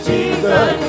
Jesus